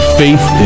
faith